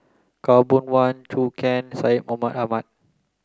Khaw Boon Wan Zhou Can Syed Mohamed Ahmed